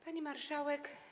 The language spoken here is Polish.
Pani Marszałek!